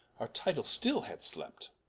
our title still had slept,